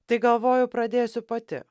tai galvoju pradėsiu pati